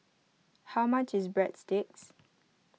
how much is breadsticks